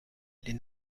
les